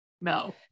No